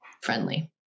friendly